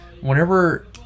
whenever